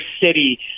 city